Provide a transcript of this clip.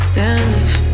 damage